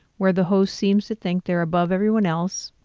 where the host seems to think they're above everyone else,